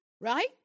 right